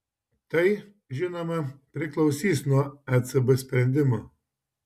tai žinoma priklausys nuo ecb sprendimo